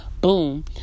boom